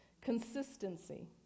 Consistency